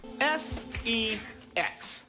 S-E-X